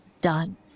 done